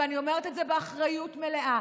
ואני אומרת את זה באחריות מלאה,